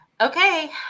okay